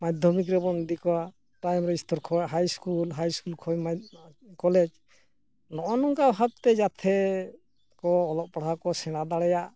ᱢᱟᱫᱽᱫᱷᱚᱢᱤᱠ ᱨᱮᱵᱚᱱ ᱤᱫᱤ ᱠᱚᱣᱟ ᱯᱨᱟᱭᱢᱟᱨᱤ ᱥᱛᱚᱨ ᱠᱷᱚᱱ ᱦᱟᱭᱥᱠᱩᱞ ᱦᱟᱭᱥᱠᱩᱞ ᱠᱷᱚᱱ ᱠᱚᱞᱮᱡᱽ ᱱᱚᱜᱼᱚ ᱱᱚᱝᱠᱟ ᱵᱷᱟᱵᱽᱛᱮ ᱡᱟᱛᱮ ᱠᱚ ᱚᱞᱚᱜ ᱯᱟᱲᱦᱟᱜ ᱠᱚ ᱥᱮᱬᱟ ᱫᱟᱲᱮᱭᱟᱜ